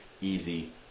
easy